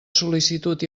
sol·licitud